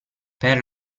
per